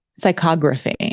psychography